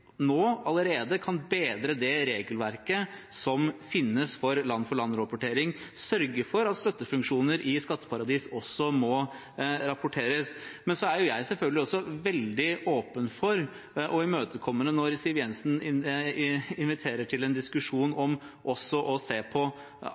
allerede nå kan bedre det regelverket som finnes for land-til-land-rapportering, sørge for at støttefunksjoner i skatteparadis også må rapporteres. Men jeg er selvfølgelig også veldig åpen for og imøtekommende når Siv Jensen inviterer til en diskusjon om også å se på